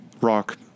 rock